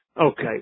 Okay